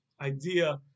idea